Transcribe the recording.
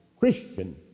Christian